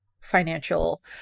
financial